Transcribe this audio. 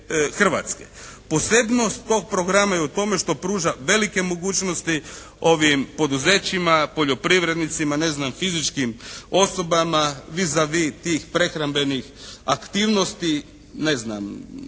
Posebnost tog programa je u tome što pruža velike mogućnosti poduzećima, poljoprivrednicima, ne znam fizičkim osobama vis a vis tih prehrambenih aktivnosti, ne znam